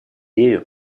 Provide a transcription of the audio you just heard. нею